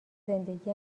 زندگی